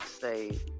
say